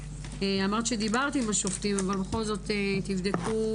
אמרת שדיברת עם השופטים אבל בכל זאת תבדקו